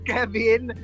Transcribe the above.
Kevin